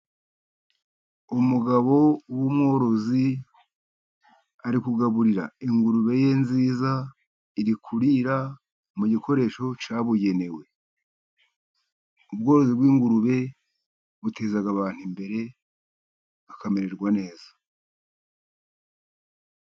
Umugabo w'umworozi ari kugaburira ingurube ye nziza. Iri kurira mu gikoresho cyabugenewe. Ubworozi bw'ingurube buteza abantu imbere akamererwa neza